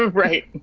right.